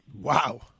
Wow